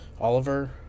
Oliver